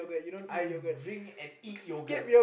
I drink and eat yogurt